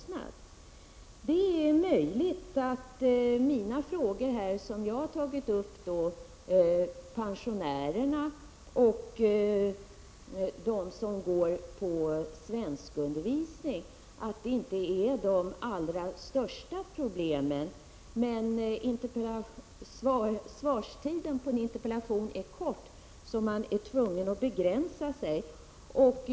Det är möjligt att de frågor som jag har tagit upp, som gäller pensionärerna och dem som går på svenskundervisning, inte rör de allra största problemen. Men tiden för ett interpellationssvar är kort, så man är tvungen att begränsa sig.